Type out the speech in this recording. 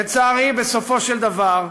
לצערי, בסופו של דבר,